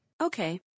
Okay